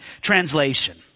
translation